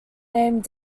named